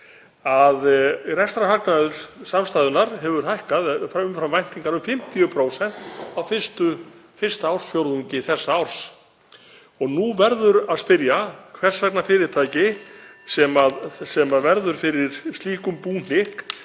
að rekstrarhagnaður samstæðunnar hefði hækkað umfram væntingar um 50% á fyrsta ársfjórðungi þessa árs. Nú verður að spyrja hvers vegna fyrirtæki sem verður fyrir slíkum búhnykk